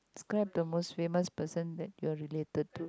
describe the most famous person that you're related to